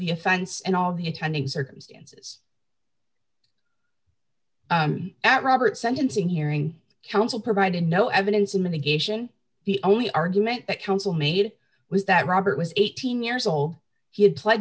the offense and all the attendant circumstances at robert sentencing hearing counsel provided no evidence of mitigation the only argument that counsel made was that robert was eighteen years old he had pled